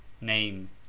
Name